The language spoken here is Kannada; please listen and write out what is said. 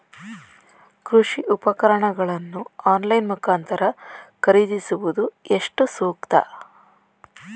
ಕೃಷಿ ಉಪಕರಣಗಳನ್ನು ಆನ್ಲೈನ್ ಮುಖಾಂತರ ಖರೀದಿಸುವುದು ಎಷ್ಟು ಸೂಕ್ತ?